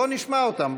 בוא נשמע אותם.